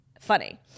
funny